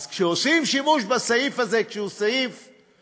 אז כשעושים שימוש בסעיף הזה שהוא מידתי,